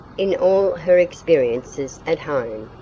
in all her experiences at home,